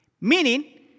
Meaning